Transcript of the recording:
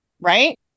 right